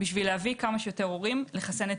כדי להביא כמה שיותר הורים לחסן את